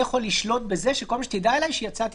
לרבות חוזר במלוניות מדובר על קבוצה מצומצמת